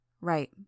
right